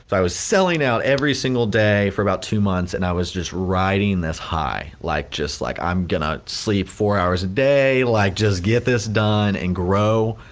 i was selling out every single day for about two months and i was just riding this high, like like i'm gonna sleep four hours a day, like just get this done and grow,